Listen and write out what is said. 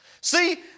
See